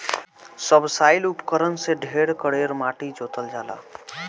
subsoil उपकरण से ढेर कड़ेर माटी जोतल जाला